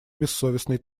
бессовестной